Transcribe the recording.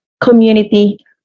community